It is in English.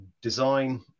design